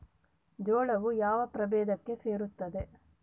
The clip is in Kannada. ಜೋಳವು ಯಾವ ಪ್ರಭೇದಕ್ಕೆ ಸೇರುತ್ತದೆ?